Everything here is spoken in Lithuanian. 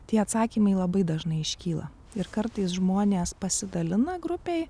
tie atsakymai labai dažnai iškyla ir kartais žmonės pasidalina grupėj